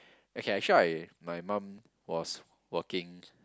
okay actually I my mum was working